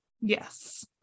Yes